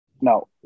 No